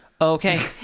Okay